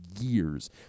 years